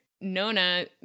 Nona